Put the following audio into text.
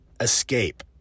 escape